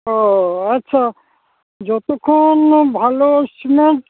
ᱚ ᱟᱪᱪᱷᱟ ᱡᱚᱛᱚ ᱠᱷᱚᱱ ᱵᱷᱟᱞᱳ ᱥᱤᱢᱮᱱᱴ